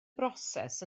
broses